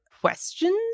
questions